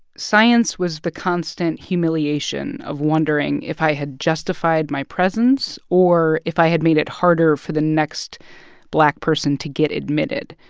science was the constant humiliation of wondering if i had justified my presence or if i had made it harder for the next black person to get admitted.